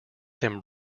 them